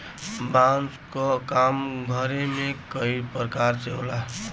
बांस क काम घरे में कई परकार से होला